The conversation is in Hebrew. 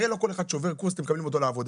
הרי לא כל אחד שעובר קורס אתם מקבלים אותו לעבודה,